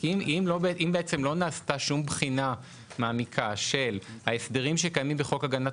לא נעשתה שום בחינה מעמיקה של ההסדרים שקיימים בחוק הגנת